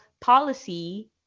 policy